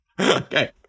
Okay